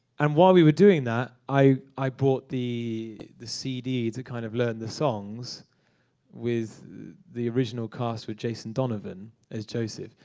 and while we were doing that, i i bought the the cd to kind of learn the songs with the original cast with jason donovan as joseph.